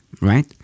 Right